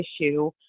issue